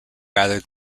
rather